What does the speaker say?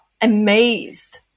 amazed